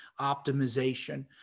optimization